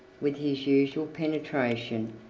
with his usual penetration,